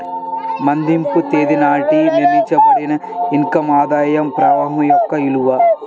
మదింపు తేదీ నాటికి నిర్ణయించబడిన ఇన్ కమ్ ఆదాయ ప్రవాహం యొక్క విలువ